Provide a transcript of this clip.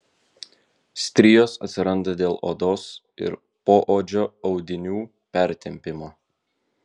strijos atsiranda dėl odos ir poodžio audinių pertempimo